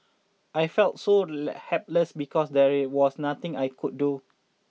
I felt so helpless because there was nothing I could do